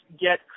get